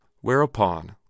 Whereupon